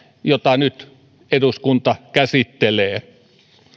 jota nyt eduskunta käsittelee arvoisa